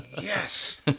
Yes